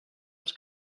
els